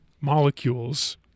molecules